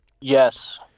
Yes